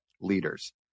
leaders